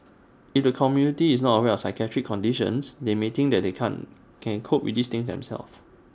if the community is not aware of psychiatric conditions they may think that they can't can cope with these things themselves